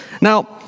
Now